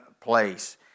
place